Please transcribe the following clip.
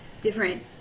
different